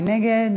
מי נגד?